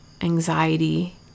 anxiety